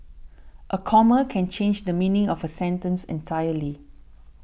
a comma can change the meaning of a sentence entirely